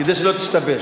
כדי שלא תשתבש.